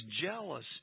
jealous